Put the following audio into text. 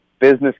business